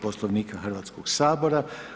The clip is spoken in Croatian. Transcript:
Poslovnika Hrvatskoga sabora.